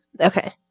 Okay